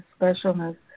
specialness